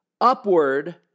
upward